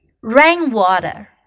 Rainwater